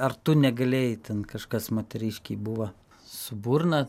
ar tu negalėjai ten kažkas moteriškei buvo su burna